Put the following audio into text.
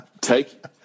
Take